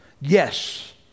Yes